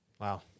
Wow